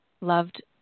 loved